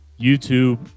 YouTube